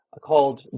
called